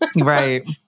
right